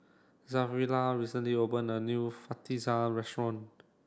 Zariah recently opened a new Fajitas restaurant